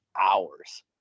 hours